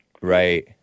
Right